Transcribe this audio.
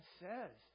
says